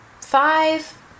five